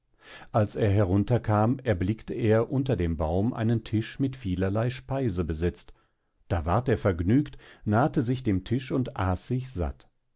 als er herunter kam erblickte er unter dem baum einen tisch mit vielerlei speise besetzt da ward er vergnügt nahte sich dem tisch und aß sich satt